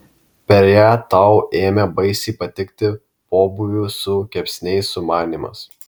per ją tau ėmė baisiai patikti pobūvių su kepsniais sumanymas